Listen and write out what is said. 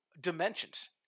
dimensions